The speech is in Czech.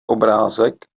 obrázek